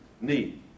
need